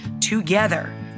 together